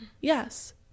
Yes